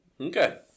Okay